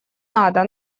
надо